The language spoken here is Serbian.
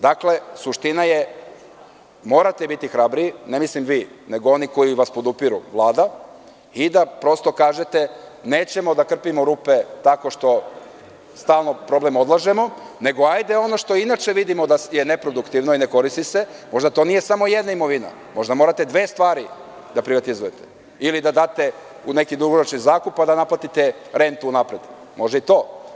Dakle, suština je morate biti hrabriji, ne mislim vi, nego oni koji vas podupiru, Vlada, i da kažete – nećemo da krpimo rupe, tako što stalni problem odlažemo, nego hajde ono što inače vidimo da je neproduktivno i ne koristi se, možda to nije samo jedna imovina, možda morate dve stvari da privatizujete, ili da date u neki dugoročni zakup, a da naplatite rentu unapred, može i to.